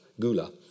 Gula